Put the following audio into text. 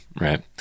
right